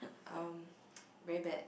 um very bad